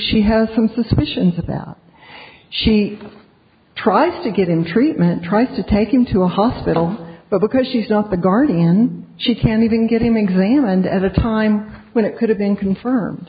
she has some suspicions about she tries to get in treatment tries to take him to a hospital but because she's not the guardian she can't even get him examined at a time when it could have been confirmed